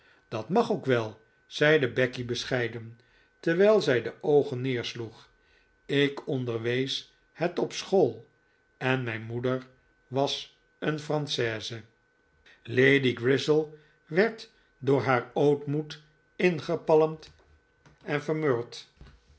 dat mag ook wel zeide becky bescheiden terwijl zij de oogen neersloeg ik onderwees het op school en mijn moeder was een frangaise lady grizzel werd door haar ootmoed ingepalmd en vermurwd